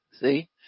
See